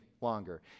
longer